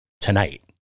tonight